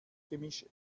gemisch